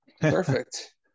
perfect